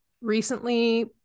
recently